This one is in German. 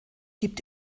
gibt